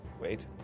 Wait